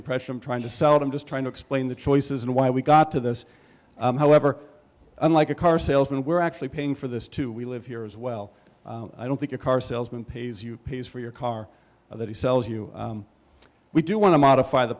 impression i'm trying to sell it i'm just trying to explain the choices and why we got to this however unlike a car salesman we're actually paying for this too we live here as well i don't think a car salesman pays you pays for your car or that he sells you we do want to modify the